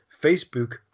Facebook